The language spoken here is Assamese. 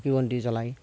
চাকি বন্তি জ্বলাই